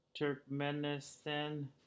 Turkmenistan